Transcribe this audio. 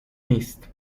نیست